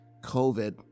covid